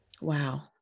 Wow